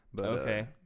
Okay